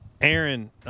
Aaron